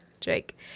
Jake